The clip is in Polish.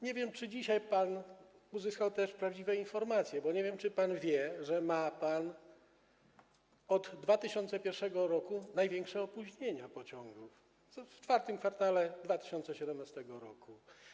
Nie wiem, czy dzisiaj pan uzyskał też prawdziwe informacje, bo nie wiem, czy pan wie, że ma pan od 2001 r. największe opóźnienia pociągów w IV kwartale 2017 r.